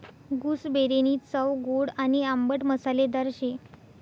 गूसबेरीनी चव गोड आणि आंबट मसालेदार शे